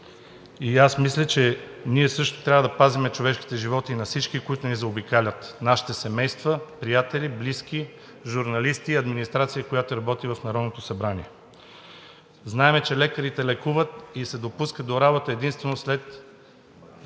и аз мисля, че ние също трябва да пазим човешките животи на всички, които ни заобикалят – нашите семейства, приятели, близки, журналисти, администрация, която работи в Народното събрание. Знаем, че лекарите лекуват и се допускат до работа единствено след